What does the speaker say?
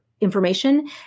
information